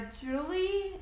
Julie